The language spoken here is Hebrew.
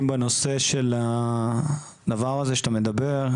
בנושא של הדבר הזה שאתה מדבר עליו.